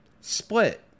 split